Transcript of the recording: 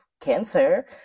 cancer